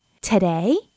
Today